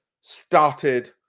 started